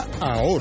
ahora